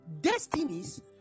Destinies